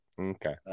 Okay